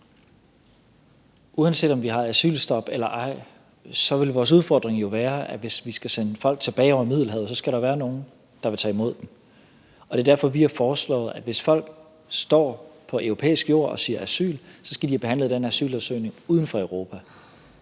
Uanset om vi har asylstop eller ej, vil vores udfordring jo være, at hvis vi skal sende folk tilbage over Middelhavet, skal der være nogen, der vil tage imod dem. Og det er derfor, vi har foreslået, at hvis folk står på europæisk jord og siger »asyl«, skal vi behandle den asylansøgning uden for Europa.